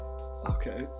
Okay